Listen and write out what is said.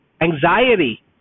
anxiety